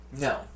No